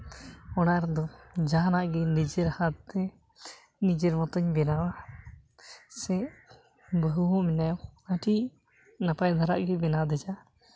ᱚᱱᱟ ᱨᱮᱫᱚ ᱡᱟᱦᱟᱱᱟᱜ ᱜᱮ ᱱᱤᱡᱮᱨ ᱦᱟᱛ ᱛᱮ ᱱᱤᱡᱮᱨ ᱢᱚᱛᱚᱧ ᱵᱮᱱᱟᱣᱟ ᱥᱮ ᱵᱟᱹᱦᱩ ᱦᱚᱸ ᱢᱮᱱᱟᱭᱟ ᱟᱹᱰᱤ ᱱᱟᱯᱟᱭ ᱫᱷᱟᱨᱟ ᱜᱮ ᱵᱮᱱᱟᱣ ᱫᱷᱮᱪᱟ